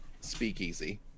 speakeasy